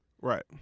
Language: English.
Right